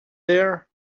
there